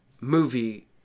movie